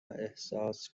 احساس